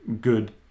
good